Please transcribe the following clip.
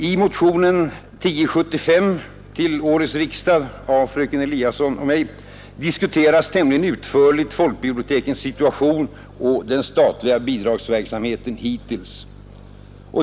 I motionen 1075 till årets riksdag, av fröken Eliasson och mig, diskuteras tämligen utförligt folkbibliotekens situation och den statliga bidragsverksamheten hittills.